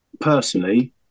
personally